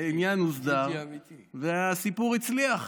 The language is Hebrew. העניין הוסדר והסיפור הצליח.